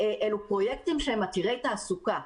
אלו פרויקטים שהם עתירי תעסוקה.